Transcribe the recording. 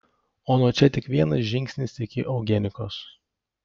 o nuo čia tik vienas žingsnis iki eugenikos